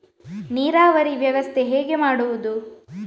ನೀರಾವರಿ ವ್ಯವಸ್ಥೆ ಹೇಗೆ ಮಾಡುವುದು?